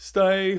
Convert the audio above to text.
Stay